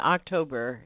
October